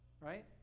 Right